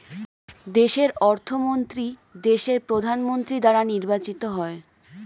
দেশের অর্থমন্ত্রী দেশের প্রধানমন্ত্রী দ্বারা নির্বাচিত হয়